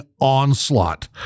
onslaught